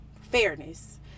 fairness